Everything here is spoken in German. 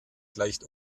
gleicht